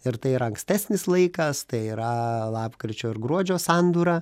ir tai yra ankstesnis laikas tai yra lapkričio ir gruodžio sandūra